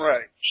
Right